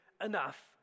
enough